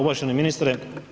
Uvaženi ministre.